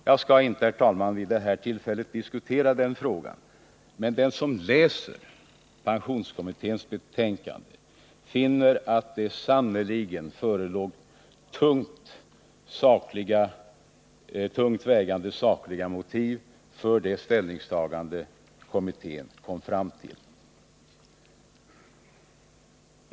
Jag skall inte, herr talman, vid det här tillfället diskutera den frågan, men den som läser pensionskommitténs betänkande finner att det sannerligen förelåg tungt vägande sakliga motiv för det ställningstagande som kommittén kom fram till.